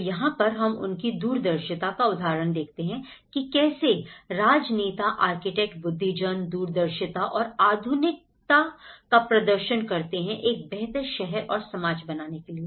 तो यहां पर हम उनकी दूरदर्शिता का उदाहरण देखते हैं कि कैसे राजनेता आर्किटेक्ट बुद्धि जन दूरदर्शिता और आधुनिकता का प्रदर्शन करते हैं एक बेहतर शहर और समाज बनाने के लिए